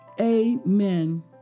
Amen